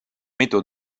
mitu